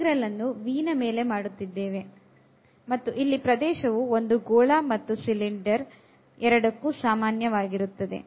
integral ಅನ್ನು V ನ ಮೇಲೆ ಮಾಡುತ್ತಿದ್ದೇವೆ ಪ್ರದೇಶವು ಒಂದು ಗೋಳ ಮತ್ತು ಸಿಲಿಂಡರ್ ಎರಡಕ್ಕೂ ಸಾಮಾನ್ಯವಾಗಿರುತ್ತದೆ